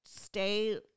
stay